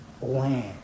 land